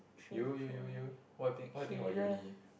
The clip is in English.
you you you you what you think what you think about uni